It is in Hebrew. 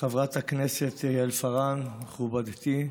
חברת הכנסת יעל כהן-פארן מכובדתי,